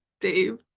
Dave